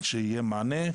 שיהיה מענה,